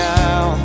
now